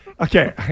Okay